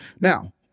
Now